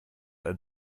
ein